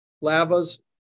lavas